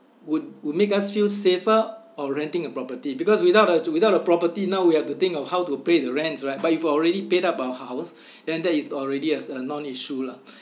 would would make us feel safer or renting a property because without a without a property now we have to think of how to pay the rent right but if we already paid up our house then that is already is uh non issue lah